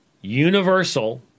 universal